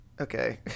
Okay